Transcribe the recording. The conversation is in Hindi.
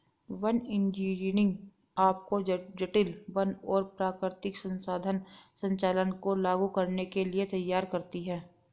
वन इंजीनियरिंग आपको जटिल वन और प्राकृतिक संसाधन संचालन को लागू करने के लिए तैयार करती है